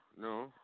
No